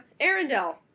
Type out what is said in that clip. Arendelle